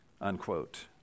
Unquote